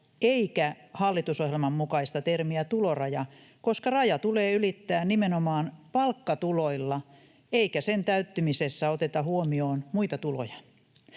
eikä hallitusohjelman mukaista termiä tuloraja, koska raja tulee ylittää nimenomaan palkkatuloilla eikä sen täyttymisessä oteta huomioon muita tuloja.